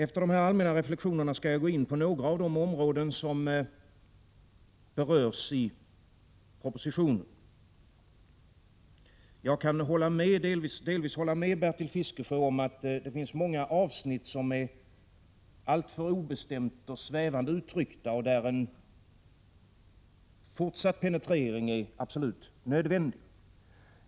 Efter dessa allmänna reflexioner skall jag gå in på några av de områden som berörs i propositionen. Jag kan delvis hålla med Bertil Fiskesjö om att det finns många avsnitt som är alltför obestämt och svävande uttryckta och där en fortsatt penetrering är absolut nödvändig.